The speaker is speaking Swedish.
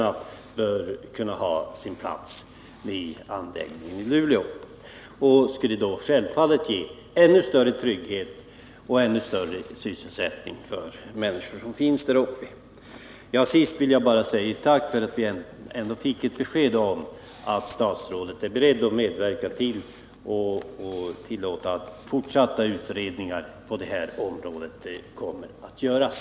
Bägge bör kunna ha en plats vid anläggningen i Luleå, och detta skulle självfallet ge ännu större trygghet och ökad sysselsättning för de människor som finns däruppe. Till sist vill jag framföra ett tack för att vi fick ett besked om att statsrådet är beredd att medverka till att fortsatta utredningar på detta område genomförs.